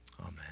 amen